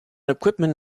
equipment